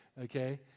okay